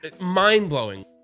mind-blowing